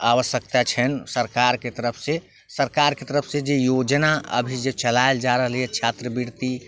आवश्यकता छनि सरकारके तरफसँ सरकारके तरफसँ जे योजना अभी जे चलाएल जा रहलै हँ छात्रवृत्ति